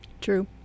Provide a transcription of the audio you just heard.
true